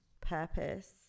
purpose